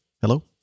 hello